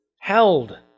held